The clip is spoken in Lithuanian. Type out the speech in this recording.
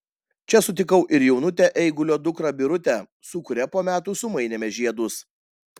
čia sutikau ir jaunutę eigulio dukrą birutę su kuria po metų sumainėme žiedus